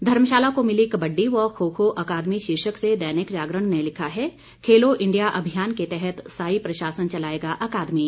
धर्मशाला को मिली कबड़डी व खो खो अकादमी शीर्षक से दैनिक जागरण ने लिखा है खेलो इंडिया अभियान के तहत साई प्रशासन चलाएगा अकादमी